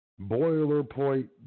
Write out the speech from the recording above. boilerplate